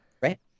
Right